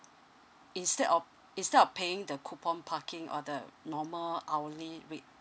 instead of instead of paying the coupon parking or the normal hourly rate